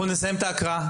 אנחנו נסיים את ההקראה.